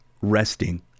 resting